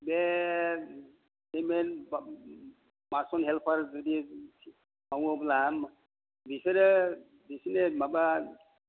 बे सिमेन्ट बा बासन हेलपार जुदि मावोब्ला मा बिसोरो बिसिनि माबा